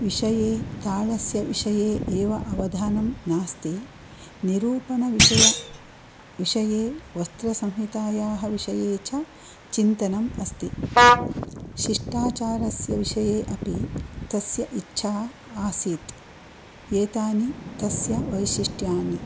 विषये तालस्य विषये एव अवधानं नास्ति निरूपणविषय विषये वस्त्रसंहितायाः विषये च चिन्तनम् अस्ति शिष्टाचारस्य विषये अपि तस्य इच्छा आसीत् एतानि तस्य वैशिष्ट्यानि